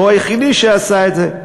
הוא היחידי שעשה את זה.